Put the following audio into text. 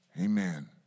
Amen